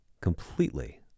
completely